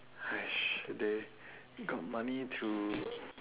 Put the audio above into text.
!hais! they got money to